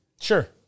Sure